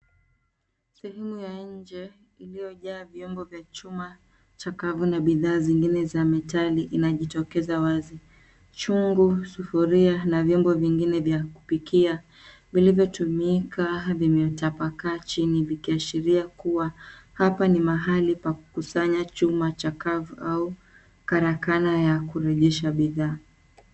Sehemu ya nje iliyojaa vyombo vya chuma cha kavu na bidhaa zingine za metali inajitokeza wazi. Chungu, sufuria na vyombo vingine vya kupikia vilivyotumika vimetapakaa chini vikiashiria kuwa, hapa ni mahali pa kukusanya chuma cha kavu au karakana ya kurejesha bidhaa.